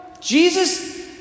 jesus